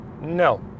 No